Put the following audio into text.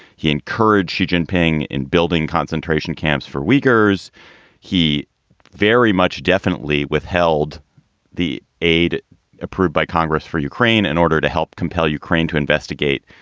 he encouraged xi jinping in building concentration camps for workers. he very much definitely withheld the aid approved by congress for ukraine in order to help compel ukraine to investigate.